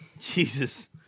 Jesus